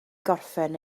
gorffen